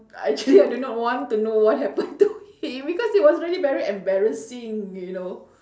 actually I do not want to know what happen to him because it was really very embarrassing you know